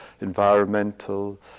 environmental